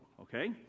Okay